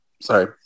sorry